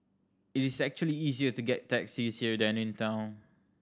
it is actually easier to get taxis here than in town